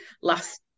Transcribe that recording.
Last